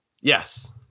yes